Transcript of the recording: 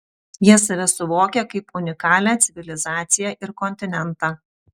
jie save suvokia kaip unikalią civilizaciją ir kontinentą